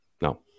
No